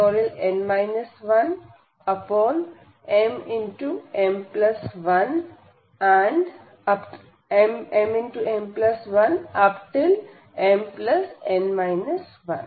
xmm1 xn 10101xmmn 11 xn 2dx n 1m01xm1 xn 2dx n 1n 2n n 1mm1mn 201xmn 2dx n 1